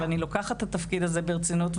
ואני לוקחת את התפקיד הזה ברצינות,